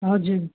हजुर